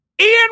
Ian